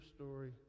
story